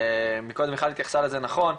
מקודם מיכל התייחסה לזה נכון,